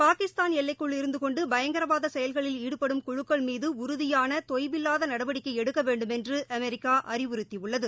பாகிஸ்தான் எல்லைக்குள் இருந்து கொண்டு பயங்கரவாத செயல்களில் ஈடுபடும் குழுக்கள் மீது தொய்வில்லாத நடவடிக்கை எடுக்க வேண்டுமென்று உறுதியான அமெரிக்கா அறிவுறுத்தியுள்ளது